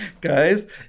Guys